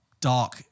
dark